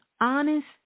honest